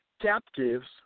captives